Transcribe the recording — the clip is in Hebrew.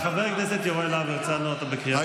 חבר הכנסת יוראי להב הרצנו, אתה בקריאה שנייה.